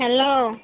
hello